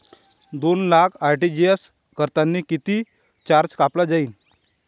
दोन लाख आर.टी.जी.एस करतांनी कितीक चार्ज कापला जाईन?